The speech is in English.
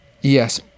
Yes